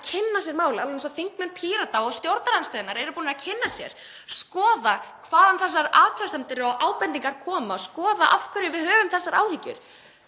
kynna sér málið, alveg eins og þingmenn Pírata og stjórnarandstöðunnar eru búnir að gera, og skoða hvaðan þessar athugasemdir og ábendingar koma, skoða af hverju við höfum þessar áhyggjur,